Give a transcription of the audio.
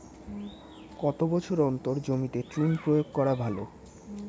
কত বছর অন্তর জমিতে চুন প্রয়োগ করা ভালো?